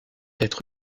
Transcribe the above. être